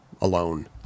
alone